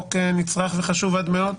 חוק נצרך וחשוב עד מאוד.